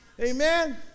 Amen